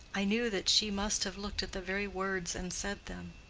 i knew that she must have looked at the very words and said them.